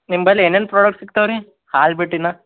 ನಿಮ್ಮ ಬಲ್ ಏನೇನು ಪ್ರೋಡಕ್ಟ್ ಸಿಗ್ತಾವ್ ರೀ ಹಾಲು ಬಿಟ್ಟು ಇನ್ನೂ